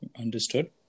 Understood